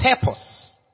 purpose